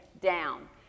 down